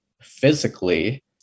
physically